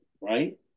right